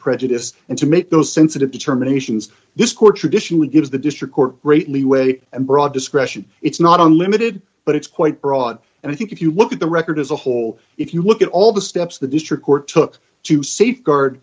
prejudice and to make those sensitive determinations this core tradition would give the district court great leeway and broad discretion it's not unlimited but it's quite broad and i think if you look at the record as a whole if you look at all the steps the district court took to safeguard